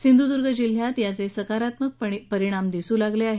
सिंधुदुर्ग जिल्ह्यात याचे सकारात्मक परिणाम दिसू लागले आहेत